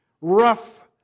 rough